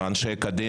ללא אנשי אקדמיה?